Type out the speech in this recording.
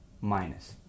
Minus